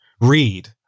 Read